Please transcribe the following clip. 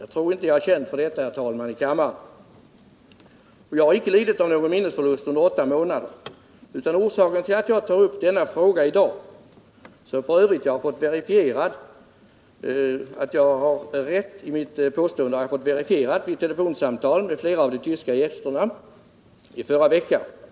Jag tror inte att jag är känd för det i kammaren. Och jag har icke lidit av någon minnesförlust under åtta månader. Jag har f. ö. i stort fått verifierat att jag har rätt i mitt påstående genom telefonsamtal med några av de tyska gästerna i förra veckan.